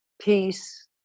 peace